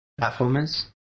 Platformers